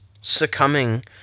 succumbing